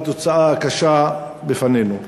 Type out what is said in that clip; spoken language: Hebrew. והתוצאה הקשה בפנינו.